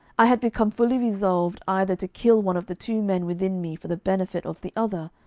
i had become fully resolved either to kill one of the two men within me for the benefit of the other,